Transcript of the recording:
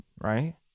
right